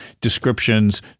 descriptions